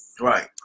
Right